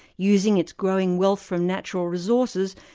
using its growing wealth from natural resources,